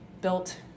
built